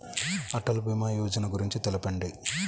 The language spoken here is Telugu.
అటల్ భీమా యోజన గురించి తెలుపండి?